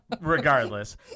regardless